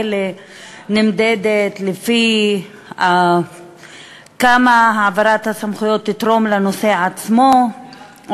נמדדת לפי כמה העברת הסמכויות תתרום לנושא עצמו,